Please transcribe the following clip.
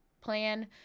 plan